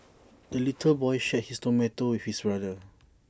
the little boy shared his tomato with his brother